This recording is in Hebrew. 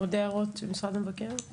אני